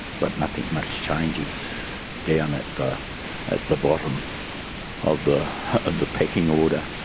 but nothing much changes down at the at the bottom of the of the pecking order.